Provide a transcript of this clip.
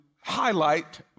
highlight